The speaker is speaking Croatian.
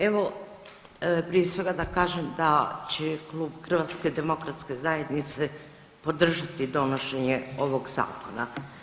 Evo, prije svega da kažem da će Klub HDZ-a podržati donošenje ovog Zakona.